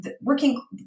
working